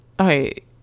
okay